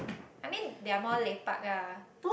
I mean they are more lepak ah